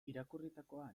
irakurritakoa